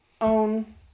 own